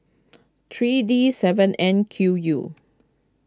three D seven N Q U